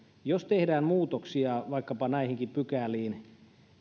jos tehdään muutoksia vaikkapa näihinkin pykäliin